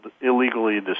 illegally